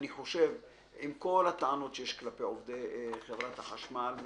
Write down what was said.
עם כל הטענות שיש כלפי עובדי חברת החשמל,